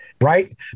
right